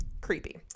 Creepy